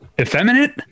effeminate